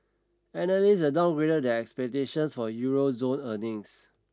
analysts have downgraded their expectations for Euro zone earnings